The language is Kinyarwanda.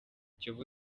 kiyovu